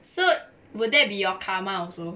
so would that be your karma also